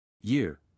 Year